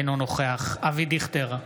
אינו נוכח אבי דיכטר,